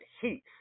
heat